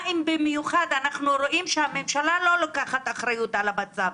מה אם במיוחד שאנחנו רואים שהממשלה לא לוקחת אחריות על המצב.